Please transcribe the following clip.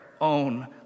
own